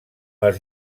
les